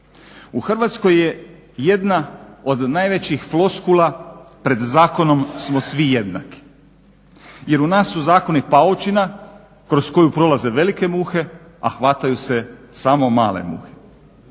U Hrvatskoj je jedna od najvećih floskula pred zakonom smo svi jednaki, jer u nas su zakoni paučina kroz koju prolaze velike muhe a hvataju se samo male muhe.